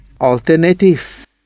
alternative